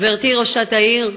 גברתי ראשת העיר,